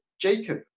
Jacob